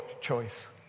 choice